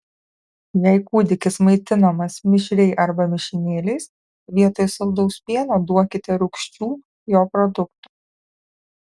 jei kūdikis maitinamas mišriai arba mišinėliais vietoj saldaus pieno duokite rūgščių jo produktų